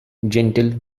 gentle